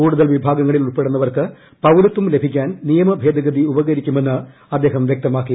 കൂടുതൽ വിഭാഗങ്ങളിൽ ഉൾപ്പെടുന്നവർക്ക് പൌരത്വം ലഭിക്കാൻ നിയമഭേദഗതി ഉപകരിക്കുമെന്ന് അദ്ദേഹം വൃക്തമാക്കി